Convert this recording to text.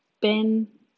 Ben